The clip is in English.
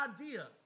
idea